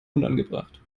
unangebracht